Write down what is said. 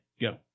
go